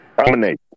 Dominate